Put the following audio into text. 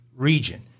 region